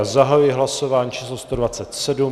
Zahajuji hlasování číslo 127.